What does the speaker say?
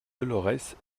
dolorès